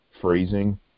phrasing